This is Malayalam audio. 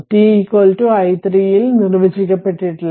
t i3ൽ അത് നിർവചിക്കപ്പെട്ടിട്ടില്ല